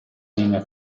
linea